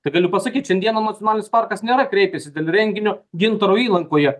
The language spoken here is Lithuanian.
tai galiu pasakyt šiandieną nacionalinis parkas nėra kreipėsi dėl renginio gintaro įlankoje